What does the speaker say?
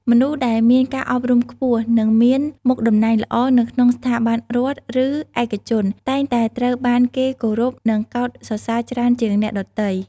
មនុស្សដែលមានការអប់រំខ្ពស់និងមានមុខតំណែងល្អនៅក្នុងស្ថាប័នរដ្ឋឬឯកជនតែងតែត្រូវបានគេគោរពនិងកោតសរសើរច្រើនជាងអ្នកដទៃ។